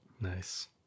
Nice